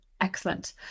excellent